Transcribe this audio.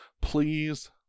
please